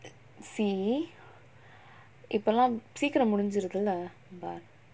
see இப்பெல்லாம் சீக்கரம் முடிஞ்சிருதில்ல:ippellam seekaram mudinjuruthilla but